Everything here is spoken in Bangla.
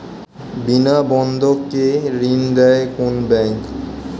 বিনা বন্ধক কে ঋণ দেয় কোন ব্যাংক?